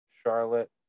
Charlotte